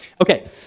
Okay